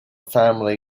family